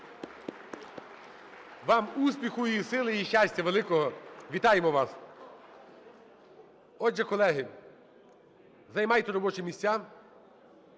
Вам – успіху і сили, і щастя великого! Вітаємо вас. Отже, колеги, займайте робочі місця,